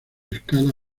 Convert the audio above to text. escala